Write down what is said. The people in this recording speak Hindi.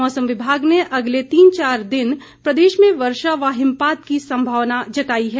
मौसम विभाग ने अगले तीन चार दिन प्रदेश में वर्षा व हिमपात की संभावना जताई है